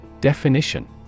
Definition